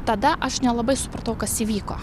tada aš nelabai supratau kas įvyko